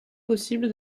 possible